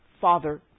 Father